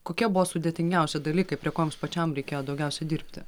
kokie buvo sudėtingiausi dalykai prie ko jums pačiam reikėjo daugiausia dirbti